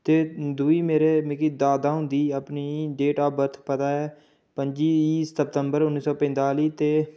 ते दूई मेरे मिगी दादा हुंदी अपनी डेट ऑफ बर्थ ऐ पंजी सितम्बर उन्नी सौ पंजताली ते